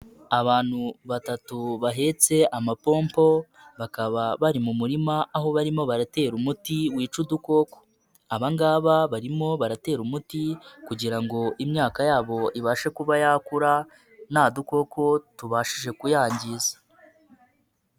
Abantu batatu bahetse amapompo bakaba bari mu murima. Aho barimo barayatera umuti wica udukoko. Aba ngaba barimo baratera umuti kugira ngo imyaka yabo ibashe kuba yakura nta dukoko tubashije kuyangiza.